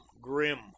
grim